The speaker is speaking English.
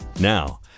Now